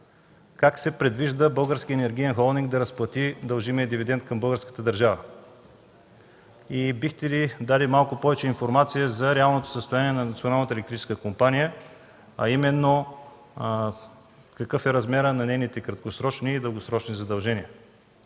как се предвижда Българският енергиен холдинг да разплати дължимия дивидент към българската държава? И бихте ли дали малко информация за реалното състояние на Националната електрическа компания, а именно какъв е размерът на нейните краткосрочни и дългосрочни задължения?